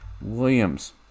Williams